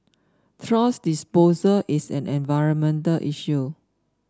thrash disposal is an environmental issue